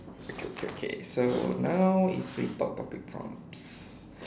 okay okay okay so now is free talk topic prompts